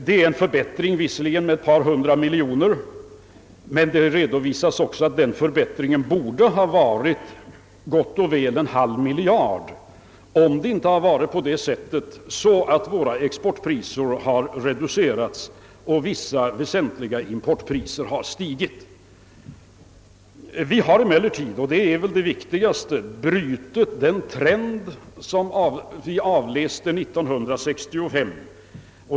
Det är visserligen en förbättring med ett par hundra miljoner kronor, men det redovisas också att den förbättringen borde ha varit gott och väl en halv miljard, om inte våra exportpriser hade reducerats och vissa väsentliga importpriser stigit. Vi har emellertid — och det är det viktigaste — brutit den trend som vi avläste 1965.